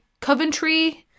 Coventry